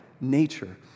nature